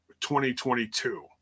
2022